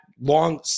long